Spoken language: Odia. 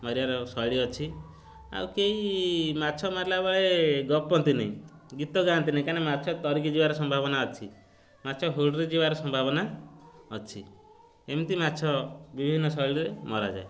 ଧରିବାର ଶୈଳୀ ଅଛି ଆଉ କେହି ମାଛ ମାରିଲା ବେଳେ ଗପନ୍ତିନି ଗୀତ ଗାଆନ୍ତିନି କାହିଁକି ନା ମାଛ ତରିକି ଯିବାର ସମ୍ଭାବନା ଅଛି ମାଛ ହୁଡ଼ରେ ଯିବାର ସମ୍ଭାବନା ଅଛି ଏମିତି ମାଛ ବିଭିନ୍ନ ଶୈଳୀରେ ମରାଯାଏ